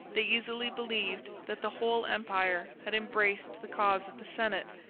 they easily believed that the whole empire had embraced the cause of the senate,